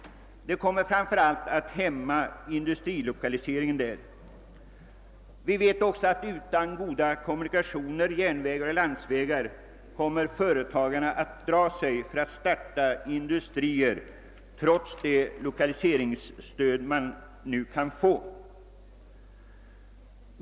Det kommer främst att hämma industrilokaliseringen där. Utan goda kommunikationer — järnvägar och landsvägar — kommer företagarna att dra sig för att starta industrier trots det lokaliseringsstöd man kan få.